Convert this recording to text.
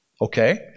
Okay